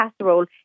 casserole